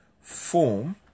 form